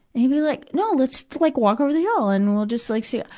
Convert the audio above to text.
and he'd be like, no. let's, like, walk over the hill, and we'll just like see,